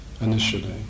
initially